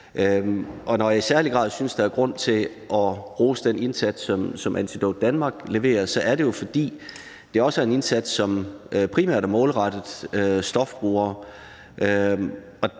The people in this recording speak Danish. Når jeg i særlig grad synes, at der er grund til at rose den indsats, som Antidote Danmark leverer, er det jo, fordi det også er en indsats, som primært er målrettet stofbrugere.